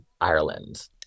Ireland